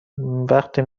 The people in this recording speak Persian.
وقتی